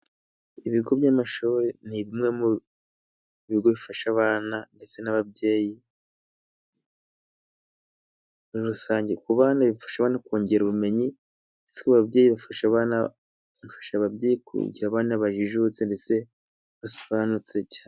Ibigo by'amashuri ni bimwe mu bigo bifasha abana ndetse n'ababyeyi muri rusange. Ku bana bifasha abana kongera ubumenyi, ndetse ku babyeyi bifasha abana bifasha ababyeyi kugira abana bajijutse ndetse basobanutse cyane.